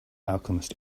alchemist